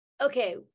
okay